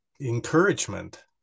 encouragement